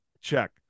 check